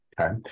Okay